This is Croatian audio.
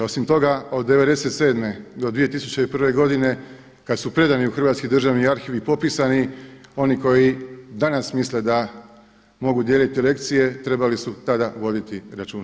Osim toga, od '97. do 2001. godine kad su predani u Hrvatski državni arhiv i popisani oni koji danas misle da mogu dijeliti lekcije trebali su tada voditi računa.